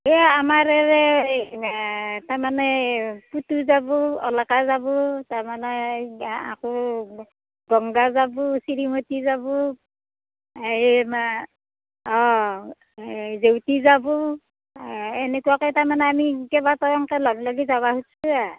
এই আমাৰ এই তাৰমানে যাব অলকা যাব তাৰমানে আকৌ গংগা যাব শ্ৰীমতী যাব এই অ জেউতি যাব এনেকুৱাকৈ তাৰমানে আমি কেইবাটাও এনেকৈ লগ লাগি যাব খুজিছোঁ